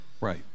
Right